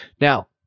Now